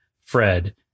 Fred